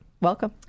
welcome